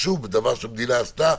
שוב, דבר שהמדינה עשתה